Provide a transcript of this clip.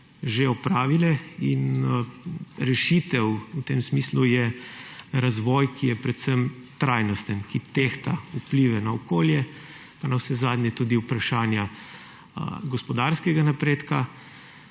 že opravile, in rešitev v tem smislu je razvoj, ki je predvsem trajnosten, ki tehta vplive na okolje, pa navsezadnje tudi vprašanja gospodarskega napredka